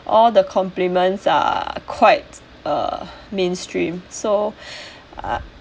all the compliments are quite uh mainstream so uh